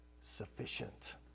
sufficient